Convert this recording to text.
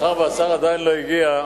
מאחר שהשר עדיין לא הגיע,